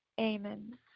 Amen